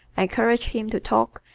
encourage him to talk,